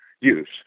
use